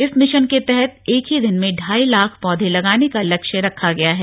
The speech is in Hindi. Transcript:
इस मिशन के तहत एक ही दिन में ढ़ाई लाख पौधे लगाने का लक्ष्य रखा गया है